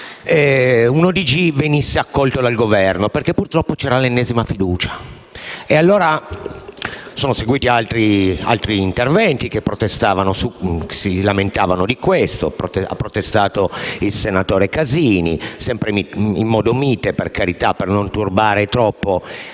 non venisse accolto dal Governo perché purtroppo c'era l'ennesima fiducia. Sono seguiti altri interventi, che protestavano e si lamentavano di questo; ha protestato il senatore Casini, sempre in modo mite, per carità, per non turbare troppo